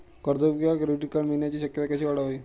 कर्ज किंवा credit card मिळण्याची शक्यता कशी वाढवावी?